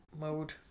Mode